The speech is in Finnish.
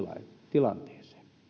tilanteeseen